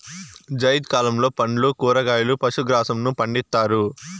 జైద్ కాలంలో పండ్లు, కూరగాయలు, పశు గ్రాసంను పండిత్తారు